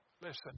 Listen